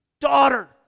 daughter